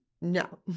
no